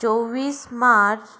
चोव्वीस मार्च